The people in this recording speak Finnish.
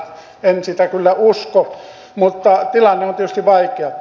en sitä kyllä usko mutta tilanne on tietysti vaikea